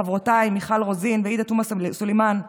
של חברותי מיכל רוזין ועאידה תומא סלימאן,